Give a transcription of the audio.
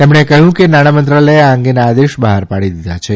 તેમણે કહ્યું હતું કે નાણાં મંત્રાલયે આ અંગેના આદેશ બહાર પાડી દીધા છે